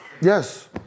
Yes